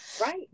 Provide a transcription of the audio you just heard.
right